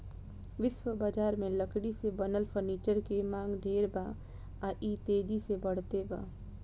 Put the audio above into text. विश्व बजार में लकड़ी से बनल फर्नीचर के मांग ढेर बा आ इ तेजी से बढ़ते बा